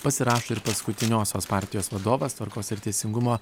pasirašo ir paskutiniosios partijos vadovas tvarkos ir teisingumo